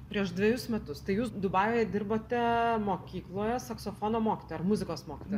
prieš dvejus metus tai jūs dubajuje dirbote mokykloje saksofono mokytoja ar muzikos mokytoja